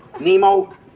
Nemo